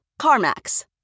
CarMax